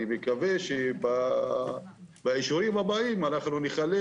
אני מקווה שבאישורים הבאים אנחנו ניכלל